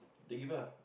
they give ah